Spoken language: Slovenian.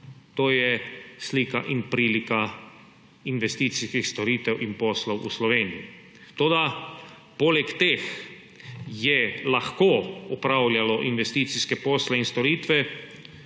To je slika in prilika investicijskih storitev in poslov v Sloveniji. Toda poleg teh je lahko opravljalo investicijske posle in storitve